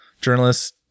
journalists